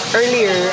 earlier